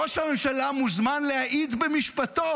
וכשראש הממשלה מוזמן להעיד במשפטו